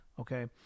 okay